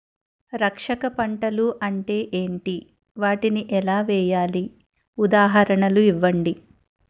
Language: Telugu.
రక్షక పంటలు అంటే ఏంటి? వాటిని ఎలా వేయాలి? ఉదాహరణలు ఇవ్వండి?